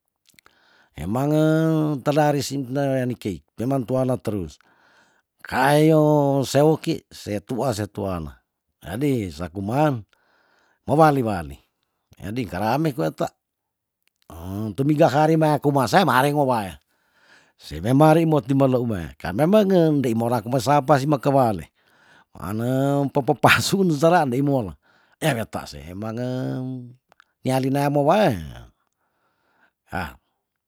Eamange tedari sinteweani kei memang tuana terus kaaeyo seoki setue setuana jadi sa kuman mewali wali jadi karame kwet tumiga hari mea kumase mari mo waya se memangri motimeleume karna menge ndei morakme sapa si mekewale weane pepepasun sera ndei mola yah weta sehe mangen yalinea mowaya ha